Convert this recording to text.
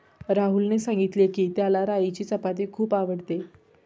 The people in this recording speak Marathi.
राहुलने सांगितले की, त्याला राईची चपाती खूप आवडते